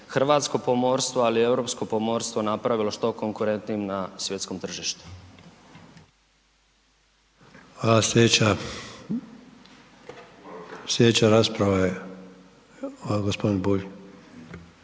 hrvatsko pomorstvo, ali i europsko pomorstvo napravilo što konkurentnijim na svjetskom tržištu. **Sanader, Ante (HDZ)** Hvala. Sljedeća rasprava je g. Bulj.